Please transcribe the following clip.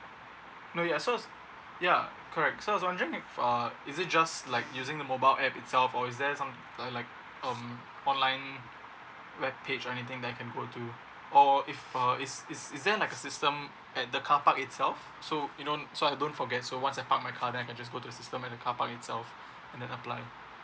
no yet so yeah correct so I'm wondering uh is it just like using a mobile app itself or is there some like um online web page or anything that I can go to or if uh is is is there like a system at the carpark itself so you know so I don't forget so once I park my car there then I can just go to system at the carpark itself and then apply